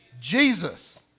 Jesus